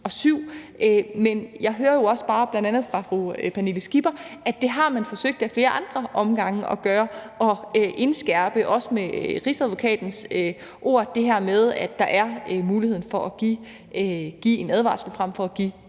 2007, men jeg hører jo også bare, bl.a. fra fru Pernille Skipper, at det har man forsøgt at gøre ad flere andre omgange, også at indskærpe, med Rigsadvokatens ord, det her med, at der er muligheden for at give en advarsel frem for at give